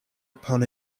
upon